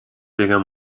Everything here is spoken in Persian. بگم